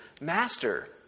Master